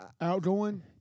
Outgoing